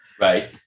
Right